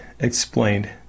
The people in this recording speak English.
explained